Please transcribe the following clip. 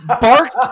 barked